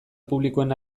publikoen